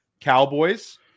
Cowboys